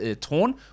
torn